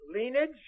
lineage